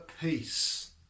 peace